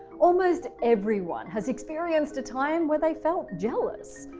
almost everyone has experienced a time when they felt jealous.